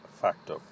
factor